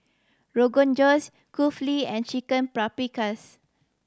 Rogan Josh Kulfi and Chicken Paprikas